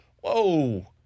Whoa